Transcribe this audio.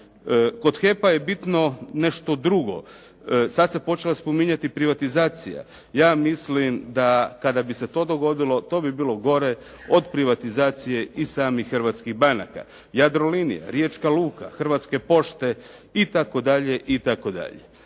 Kod HEP-a je bitno nešto drugo. Sada se počela spominjati privatizacija. Ja mislim da kada bi se to dogodilo to bi bilo gore od privatizacije i samih hrvatskih banaka. "Jadrolinija", "Riječka luka", "Hrvatske pošte" itd.